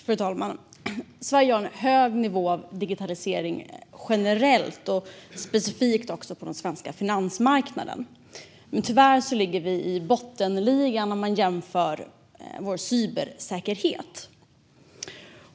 Fru talman! Sverige har en hög nivå av digitalisering generellt och specifikt på den svenska finansmarknaden. Men tyvärr ligger vi i bottenligan om man jämför vår cybersäkerhet.